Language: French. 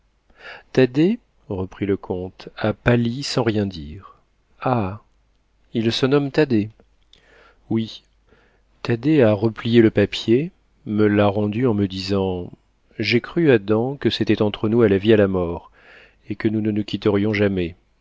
paz thaddée reprit le comte a pâli sans rien dire ah il se nomme thaddée oui thaddée a replié le papier me l'a rendu en me disant j'ai cru adam que c'était entre nous à la vie à la mort et que nous ne nous quitterions jamais